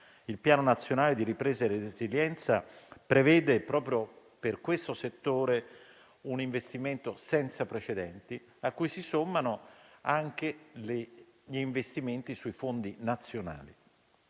il Piano nazionale di ripresa e resilienza prevede, proprio per questo settore, un investimento senza precedenti, a cui si sommano anche gli investimenti sui fondi nazionali.